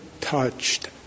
touched